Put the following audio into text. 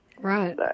Right